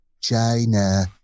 China